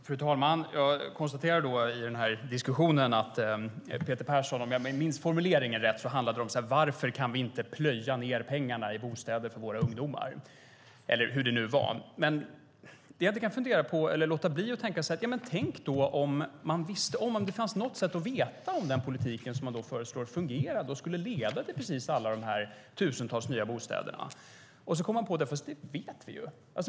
Fru talman! Jag konstaterar i den här diskussionen att Peter Persson frågar, om jag minns formuleringen rätt: Varför kan vi inte plöja ned pengarna i bostäder för våra ungdomar? Det jag då inte kan låta bli att fundera på är: Tänk om det fanns något sätt att veta om den politik som man föreslår fungerade och skulle leda till alla dessa tusentals nya bostäder! Och då kommer man på: Det vet vi ju!